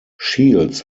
shields